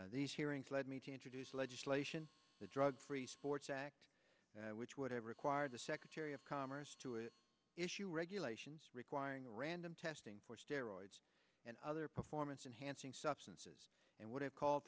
these hearings led me to introduce legislation the drug free sports act which would have required the secretary of commerce to it issue regulations requiring random testing for steroids and other performance enhancing substances and would have called